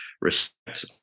respect